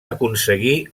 aconseguir